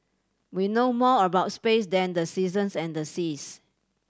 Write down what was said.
we know more about space than the seasons and the seas